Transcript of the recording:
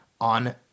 on